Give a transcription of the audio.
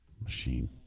machine